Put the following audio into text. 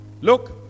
Look